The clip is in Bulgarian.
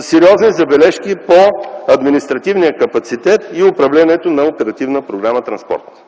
сериозни забележки по административния капацитет и управлението на Оперативна програма „Транспорт”.